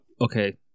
okay